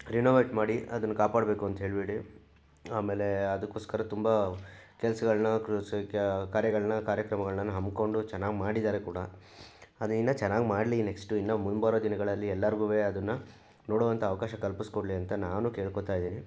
renovate ಮಾಡಿ ಅದನ್ನು ಕಾಪಾಡಬೇಕು ಅಂಥೇಳೀಬಿಡಿ ಆಮೇಲೆ ಅದಕ್ಕೋಸ್ಕರ ತುಂಬ ಕೆಲಸಗಳನ್ನ ಕೆಲಸ ಕಾರ್ಯಗಳನ್ನ ಕಾರ್ಯಕ್ರಮಗಳನ್ನ ಹಮ್ಮಿಕೊಂಡು ಚೆನ್ನಾಗಿ ಮಾಡಿದ್ದಾರೆ ಕೂಡ ಅದು ಇನ್ನು ಚೆನ್ನಾಗಿ ಮಾಡಲಿ ನೆಕ್ಸ್ಟ್ ಇನ್ನು ಮುಂಬರುವ ದಿನಗಳಲ್ಲಿ ಎಲ್ಲರಿಗೂ ಅದನ್ನು ನೋಡುವಂಥ ಅವಕಾಶ ಕಲ್ಪಿಸಿಕೊಡ್ಲಿ ಅಂತ ನಾನು ಕೇಳ್ಕೋಳ್ತಾ ಇದ್ದೀನಿ